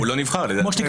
הוא לא נבחר על ידי הכנסת.